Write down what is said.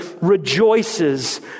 rejoices